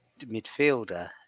midfielder